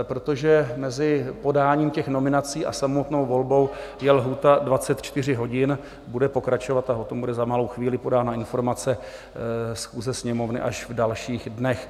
Protože mezi podáním nominací a samotnou volbou je lhůta 24 hodin, bude pokračovat a o tom bude za malou chvíli podána informace schůze Sněmovny až v dalších dnech.